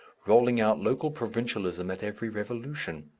rolling out local provincialism at every revolution.